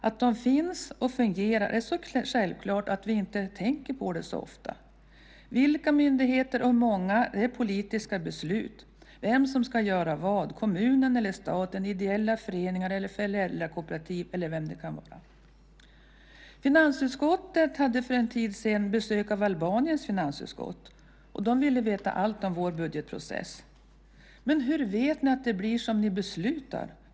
Att de finns och fungerar är så självklart att vi inte tänker på det så ofta, vilka myndigheter och hur många, vem som ska göra vad, kommunen eller staten, ideella föreningar eller föräldrakooperativ är politiska beslut. Finansutskottet hade för en tid sedan besök av Albaniens finansutskott. De ville veta allt om vår budgetprocess. "Men hur vet ni att det blir som ni beslutat?"